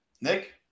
Nick